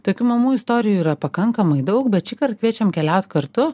tokių mamų istorijų yra pakankamai daug bet šįkart kviečiam keliaut kartu